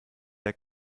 der